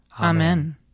Amen